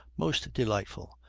most delightful,